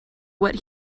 what